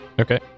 Okay